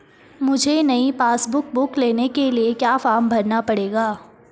मुझे नयी passbook book लेने के लिए क्या फार्म भरना पड़ेगा?